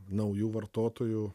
naujų vartotojų